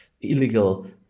illegal